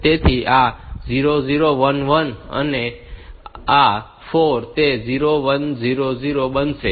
તેથી આ 0011 થશે અને આ 4 તે 0100 બનશે